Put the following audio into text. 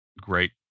great